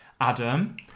Adam